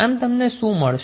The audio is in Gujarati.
આમ તમને શું મળશે